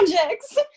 projects